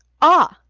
ah,